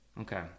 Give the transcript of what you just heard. okay